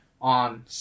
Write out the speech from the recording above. On